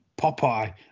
Popeye